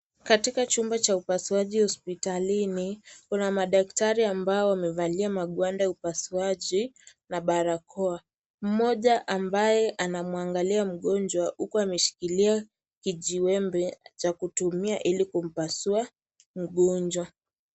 Katika chumba cha upasuaji hospitalini kuna madaktari ambao wamevalia maguanda ya upasuaji na barakoa. Mmoja ambaye anamwangalia mgonjwa huku ameshikilia kijiwembe cha kutumia ili kumpasua mgonjwa.